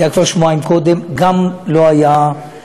זה היה כבר שבועיים קודם, וגם לא הסתדר.